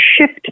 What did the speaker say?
shift